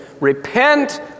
repent